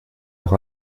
auch